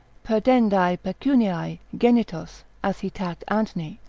perdendae pecuniae, genitos, as he taxed anthony,